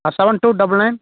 ah seven two double nine